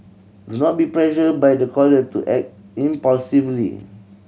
do not be pressured by the caller to act impulsively